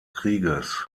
krieges